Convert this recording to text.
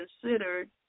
considered